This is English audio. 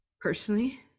personally